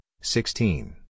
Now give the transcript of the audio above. sixteen